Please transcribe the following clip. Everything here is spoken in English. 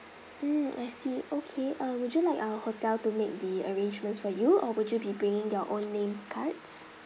mm I see okay uh would you like our hotel to make the arrangements for you or would you be bringing your own name cards